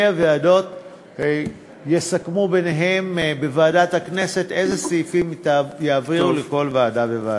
הוועדות יסכמו ביניהם בוועדת הכנסת איזה סעיפים יעברו לכל ועדה וועדה.